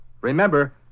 Remember